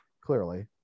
clearly